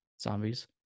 zombies